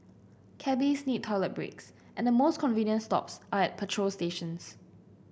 cabbies need toilet breaks and the most convenient stops are at petrol stations